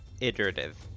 iterative